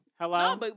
Hello